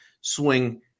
swing